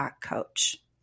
coach